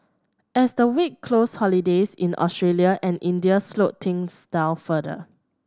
as the week closed holidays in Australia and India slowed things down further